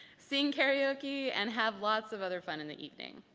sing karaoke, and have lots of other fun in the evening.